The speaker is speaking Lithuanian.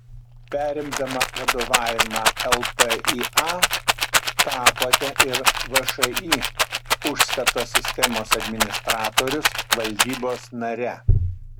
perimdama vadovavimą lpįa tapote ir všį užstato sistemos administratorius valdybos nare